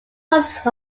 tasks